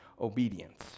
obedience